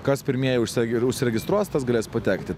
kas pirmieji užsiregi užsiregistruos tas galės patekti